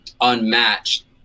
unmatched